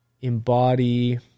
embody